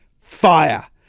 Fire